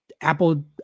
Apple